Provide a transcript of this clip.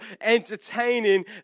entertaining